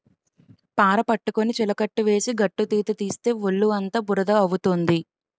పార పట్టుకొని చిలకట్టు వేసి గట్టుతీత తీస్తే ఒళ్ళుఅంతా బురద అవుతుంది